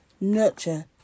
nurture